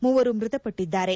ಮೂವರು ಮೃತಪಟ್ಟದ್ದಾರೆ